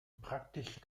praktisch